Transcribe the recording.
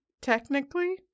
technically